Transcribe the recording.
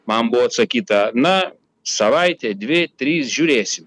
man buvo atsakyta na savaitė dvi trys žiūrėsim